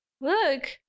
Look